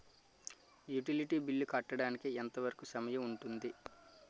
Utility bill కట్టడానికి ఎంత వరుకు సమయం ఉంటుంది?